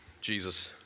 Jesus